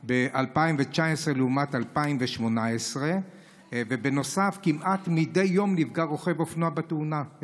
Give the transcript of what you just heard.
ב-2019 לעומת 2018. נוסף על כך כמעט מדי יום נפגע רוכב אופנוע בתאונה,